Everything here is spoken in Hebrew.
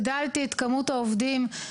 דו שימוש במחלפים,